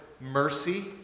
mercy